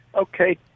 Okay